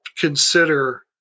consider